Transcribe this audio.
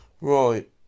Right